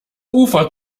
ufer